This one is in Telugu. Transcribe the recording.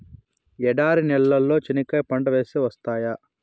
ఎడారి నేలలో చెనక్కాయ పంట వేస్తే వస్తాయా?